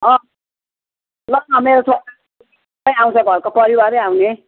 ल मेरो छोरा आउँछ घरको परिवारै आउने